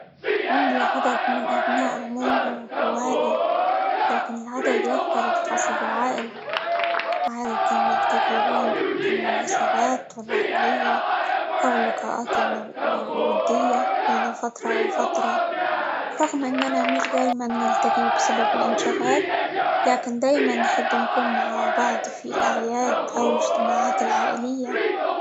عندي عدد من أبناء عمومي وأخوالي، لكن العدد يختلف حسب العائلة. عادة نلتقي بهم في المناسبات والعائلية، أو اللقاءات -الو- الودية بين فترة وفترة، رغم إننا مش دايمًا نلتقي بسبب الإنشغال، لكن دايمًا نحب نكون مع بعض في الأعياد، أو الاجتماعات العائلية.